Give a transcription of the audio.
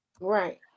Right